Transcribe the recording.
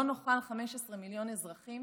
לא נוכל 15 מיליון אזרחים